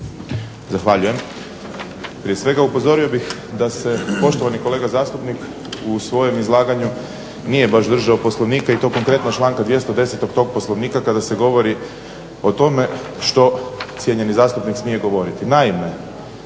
Zahvaljujem. Prije svega upozorio bih da se poštovani kolega zastupnik u svojem izlaganju nije baš držao Poslovnika i to konkretno članka 210. tog Poslovnika kada se govori o tome što cijenjeni zastupnik smije govoriti.